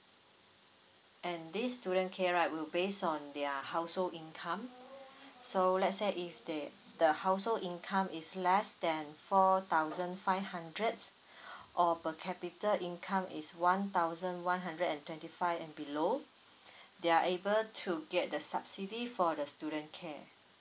and this student care right will based on their household income so let's say if they the household income is less than four thousand five hundreds or per capita income is one thousand one hundred and twenty five and below they're able to get the subsidy for the student care